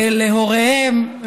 להוריהם,